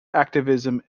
activism